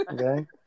Okay